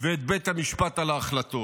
ואת בית המשפט על ההחלטות.